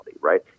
right